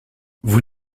vous